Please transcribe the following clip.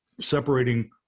Separating